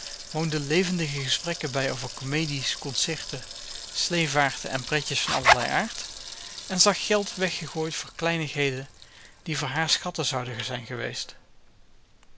woonde levendige gesprekken bij over comedies concerten sleevaarten en pretjes van allerlei aard en zag geld weggegooid voor kleinigheden die voor haar schatten zouden geweest